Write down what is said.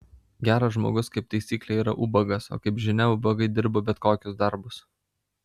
geras žmogus kaip taisyklė yra ubagas o kaip žinia ubagai dirba bet kokius darbus